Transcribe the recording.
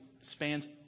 spans